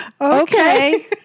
Okay